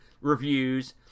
reviews